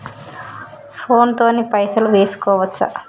Phone తోని పైసలు వేసుకోవచ్చా?